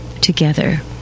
together